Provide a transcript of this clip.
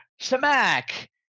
Smack